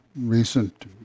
recent